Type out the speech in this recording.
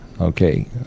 Okay